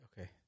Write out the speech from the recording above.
Okay